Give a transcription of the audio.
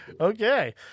okay